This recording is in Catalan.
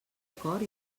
cor